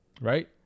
Right